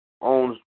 owns